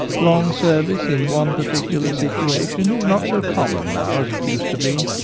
long service in one particular situation is not so common now as it used to be.